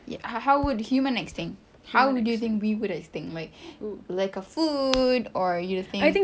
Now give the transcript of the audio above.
ya how would human extinct how do you think we would extinct like lack of food or you think